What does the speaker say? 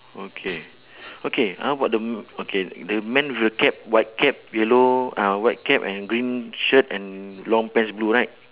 okay okay how about the m~ okay the man with a cap white cap yellow uh white cap and green shirt and long pants blue right